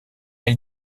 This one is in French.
elle